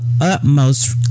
utmost